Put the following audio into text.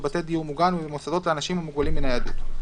בבתי דיור מוגן ובמוסדות לאנשים המוגבלים בניידות.